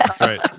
right